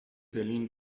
berlin